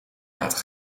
laten